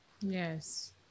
Yes